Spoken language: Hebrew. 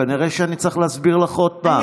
כנראה שאני צריך להסביר לך עוד פעם.